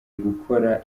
gukora